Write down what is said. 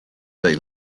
they